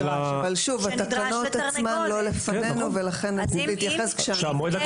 התקנות עצמן לא לפנינו ולכן נתייחס כשהן יהיו.